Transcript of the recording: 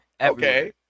okay